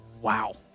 wow